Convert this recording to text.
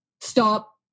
stop